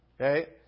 Okay